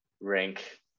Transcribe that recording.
rank